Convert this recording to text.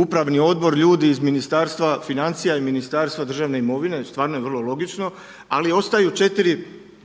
upravni odbor ljudi iz Ministarstva financija i Ministarstva državne imovine, stvarno je vrlo logično ali ostaju četiri